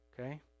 Okay